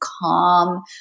calm